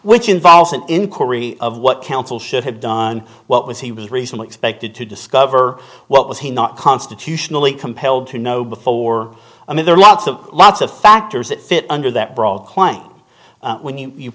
which involves an inquiry of what counsel should have done what was he was recently expected to discover what was he not constitutionally compelled to know before i mean there are lots of lots of factors that fit under that